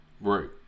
Right